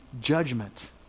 judgment